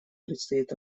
предстоит